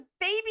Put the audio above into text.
baby